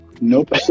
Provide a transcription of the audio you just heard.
Nope